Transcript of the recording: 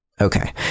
Okay